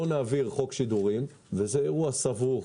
לא נעביר חוק שידורים וזה אירוע סבוך,